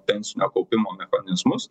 pensinio kaupimo mechanizmus